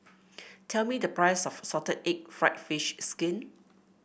tell me the price of Salted Egg fried fish skin